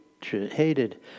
hated